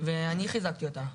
ואני חיזקתי אותה.